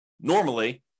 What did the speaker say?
normally